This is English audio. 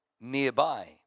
nearby